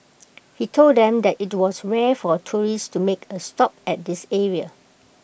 he told them that IT was rare for tourists to make A stop at this area